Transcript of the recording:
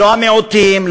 לא המיעוטים,